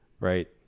right